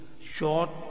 Short